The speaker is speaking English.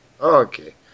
Okay